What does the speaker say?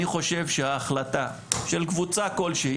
אני חושב שהחלטה של קבוצה כלשהי,